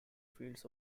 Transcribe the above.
fields